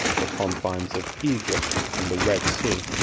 the confines of egypt, and the red sea.